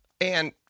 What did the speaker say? And-